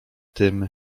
tym